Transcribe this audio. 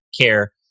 care